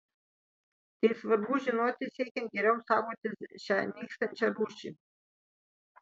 tai svarbu žinoti siekiant geriau saugoti šią nykstančią rūšį